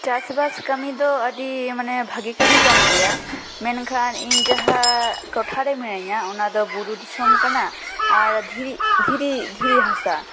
ᱪᱟᱥᱵᱟᱥ ᱠᱟᱹᱢᱤ ᱫᱚ ᱟᱹᱰᱤ ᱢᱟᱱᱮ ᱵᱷᱟᱜᱮ ᱠᱟᱹᱢᱤ ᱠᱟᱱ ᱜᱮᱭᱟ ᱢᱮᱱᱠᱷᱟᱱ ᱤᱧ ᱡᱟᱦᱟᱸ ᱴᱚᱴᱷᱟ ᱨᱮ ᱢᱤᱱᱟᱹᱧᱟ ᱚᱱᱟᱫᱚ ᱵᱩᱨᱩ ᱫᱤᱥᱚᱢ ᱠᱟᱱᱟ ᱟᱨ ᱫᱷᱤᱨᱤ ᱫᱷᱤᱨᱤ ᱫᱷᱤᱨᱤ ᱦᱟᱥᱟ